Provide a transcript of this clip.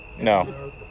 No